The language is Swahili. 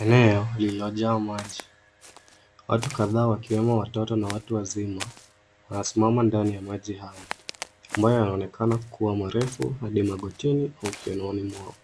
Eneo lilio jaa maji, watu kadhaa wakiwemo watoto na watu wazima, wamesimama ndani ya maji hayo ambayo inaonekana kuwa mrefu hadi magotini au kiunoni mwao.